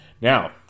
Now